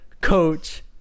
coach